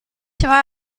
war